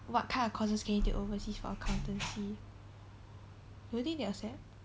what kind of courses can you take overseas for accountancy do you think they will accept